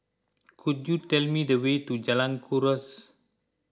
could you tell me the way to Jalan Kuras